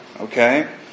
okay